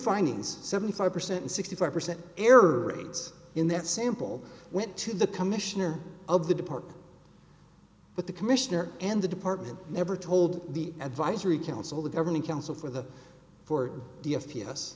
findings seventy five percent and sixty five percent error rates in that sample went to the commissioner of the department but the commissioner and the department never told the advisory council the governing council for the for the f